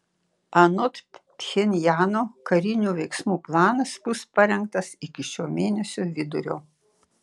anot pchenjano karinių veiksmų planas bus parengtas iki šio mėnesio vidurio